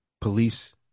police